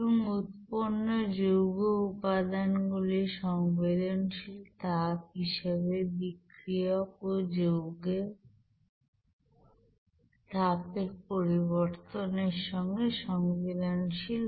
এবং উৎপন্ন যৌগ উপাদানগুলি সংবেদনশীল তাপ হিসাবে বিক্রিয়ক এবং যৌগের তাপের পরিবর্তনের সঙ্গে সংবেদনশীল